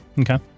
Okay